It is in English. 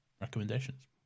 recommendations